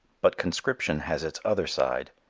but conscription has its other side.